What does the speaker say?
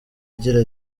agira